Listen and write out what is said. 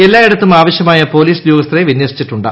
എല്ലായിടത്തും ആവശ്യമായ പോലീസ് ഉദ്യോഗസ്ഥരെ വിനൃസിച്ചിട്ടുണ്ട്